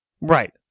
Right